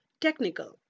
technical